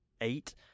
eight